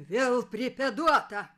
vėl pripėduota